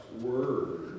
word